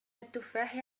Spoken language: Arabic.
التفاح